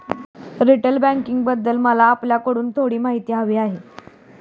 retail बँकिंगबाबत मला आपल्याकडून थोडी माहिती हवी आहे